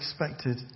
expected